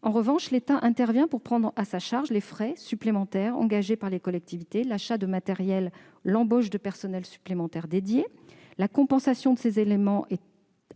En revanche, l'État intervient pour prendre à sa charge les frais supplémentaires engagés par les collectivités, tels que l'achat de matériel ou l'embauche d'agents supplémentaires dédiés. La compensation de ces éléments est